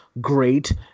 great